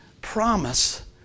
promise